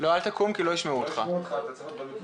בפינה הצפון מערבית אתם רואים את הגינה היפהפייה הזאת,